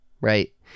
right